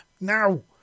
now